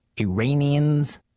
Iranians